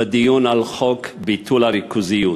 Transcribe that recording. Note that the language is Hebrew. בדיון על חוק ביטול הריכוזיות.